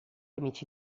amici